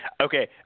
Okay